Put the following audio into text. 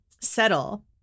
settle